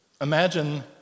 Imagine